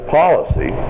policy